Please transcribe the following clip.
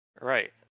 right